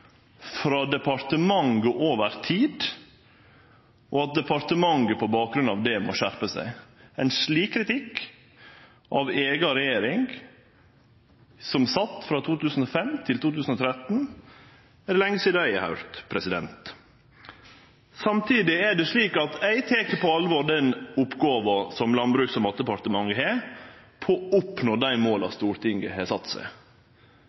slik kritikk av eiga regjering, som sat frå 2005 til 2013, er det lenge sidan eg har høyrt. Samtidig er det slik at eg tek på alvor den oppgåva som Landbruks- og matdepartementet har, om å nå dei måla Stortinget har sett seg.